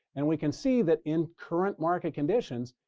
and we can see that in current market conditions,